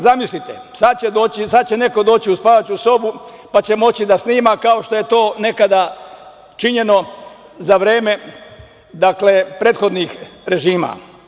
Zamislite, sada će neko doći u spavaću sobu pa će moći da snima kao što je to nekada činjeno za vreme prethodnih režima.